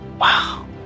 wow